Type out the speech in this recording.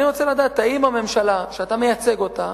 אני רוצה לדעת, האם הממשלה, שאתה מייצג אותה,